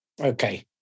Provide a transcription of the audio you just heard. Okay